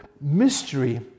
mystery